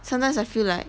sometimes I feel like